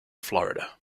florida